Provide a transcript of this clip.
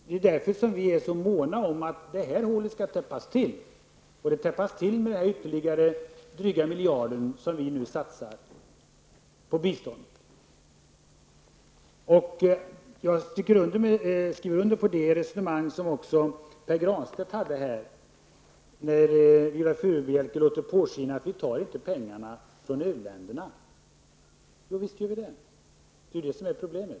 Det är därför som vi är så måna om att det hålet skall täppas till med den ytterligare dryga miljard som vi nu vill satsa på biståndet. Jag skriver under på det resonemang som Pär Granstedt förde här, när Viola Furubjelke låtit påskina att vi inte tar pengarna från u-länderna. Jo, visst gör vi det, och det är det som är problemet.